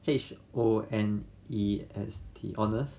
honest honest